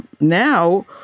Now